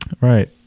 Right